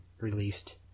released